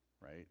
right